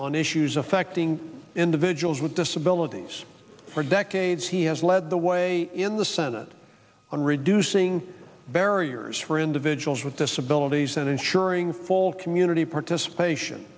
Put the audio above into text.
on issues affecting individuals with disabilities for decades he has led the way in the senate on reducing barriers for individuals with disabilities censuring fall community participation